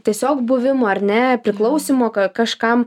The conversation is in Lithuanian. tiesiog buvimo ar ne priklausymo ka kažkam